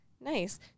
nice